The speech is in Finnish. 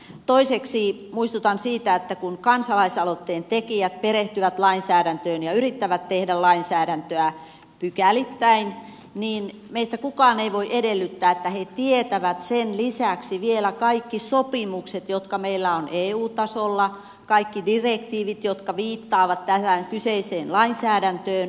toiseksi muistutan siitä että kun kansalaisaloitteen tekijät perehtyvät lainsäädäntöön ja yrittävät tehdä lainsäädäntöä pykälittäin niin meistä kukaan ei voi edellyttää että he tietävät sen lisäksi vielä kaikki sopimukset jotka meillä on eu tasolla kaikki direktiivit jotka viittaavat tähän kyseiseen lainsäädäntöön